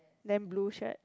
then blue shirt